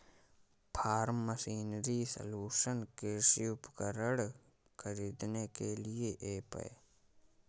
form machinery solution कृषि उपकरण खरीदने के लिए ऐप है